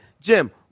Jim